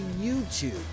YouTube